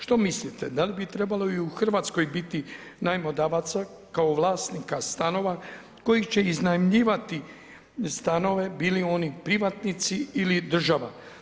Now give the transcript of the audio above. Što mislite, da li bi trebao i u RH biti najmodavaca kao vlasnika stanova koji će iznajmljivati stanove, bili oni privatnici ili država?